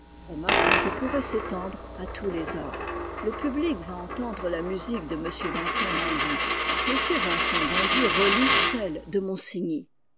remarque qui pourrait s'étendre à tous les arts le public va entendre la musique de m vincent d'indy m vincent d'indy relit celle de monsigny